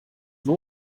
nur